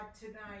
tonight